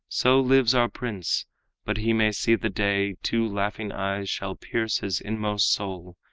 so lives our prince but he may see the day two laughing eyes shall pierce his inmost soul,